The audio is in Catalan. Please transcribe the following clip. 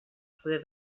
poder